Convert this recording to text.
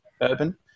urban